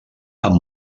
amb